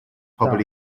pobl